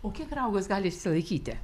o kiek raugas gali išsilaikyti